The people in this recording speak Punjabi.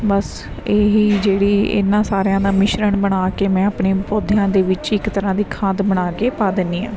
ਬਸ ਇਹੀ ਜਿਹੜੀ ਇਹਨਾਂ ਸਾਰਿਆਂ ਦਾ ਮਿਸ਼ਰਣ ਬਣਾ ਕੇ ਮੈਂ ਆਪਣੇ ਪੌਦਿਆਂ ਦੇ ਵਿੱਚ ਇੱਕ ਤਰ੍ਹਾਂ ਦੀ ਖਾਦ ਬਣਾ ਕੇ ਪਾ ਦਿੰਦੀ ਹਾਂ